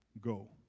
Go